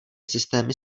systémy